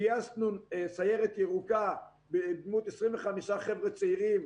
גייסנו סיירת ירוקה בדמות 25 חבר'ה צעירים.